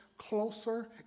closer